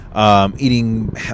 Eating